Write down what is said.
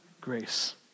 grace